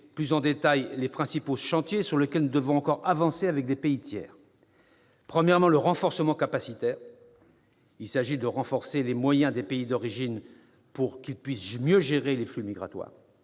plus en détail les principaux chantiers sur lesquels nous devons encore avancer avec les pays tiers. Le premier chantier est celui du renforcement capacitaire. Il s'agit de renforcer les moyens des pays d'origine pour que ceux-ci puissent mieux gérer les flux migratoires.